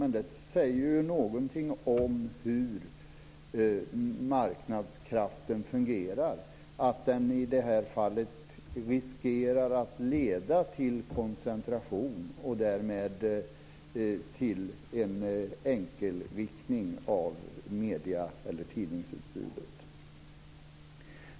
Men det säger ju någonting om hur marknadskraften fungerar, att den i det här fallet riskerar att leda till koncentration och därmed till en enkelriktning av medie eller tidningsutbudet.